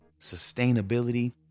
sustainability